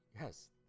Yes